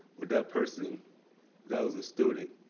would that person that was a student,